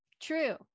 true